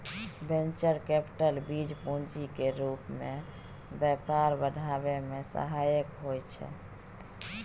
venture capital बीज पूंजी केर रूप मे व्यापार बढ़ाबै मे सहायक होइ छै